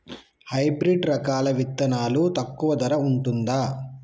Hybrid రకాల విత్తనాలు తక్కువ ధర ఉంటుందా?